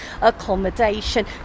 accommodation